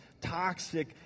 toxic